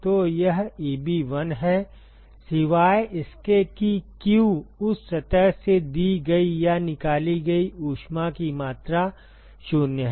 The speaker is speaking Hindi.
तो यह Eb1 है सिवाय इसके कि q उस सतह से दी गई या निकाली गई ऊष्मा की मात्रा 0 है